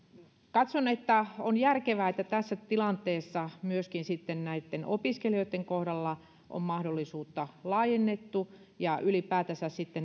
katson että on järkevää että tässä tilanteessa myöskin näitten opiskelijoitten kohdalla on mahdollisuutta laajennettu ja ylipäätänsä